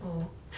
orh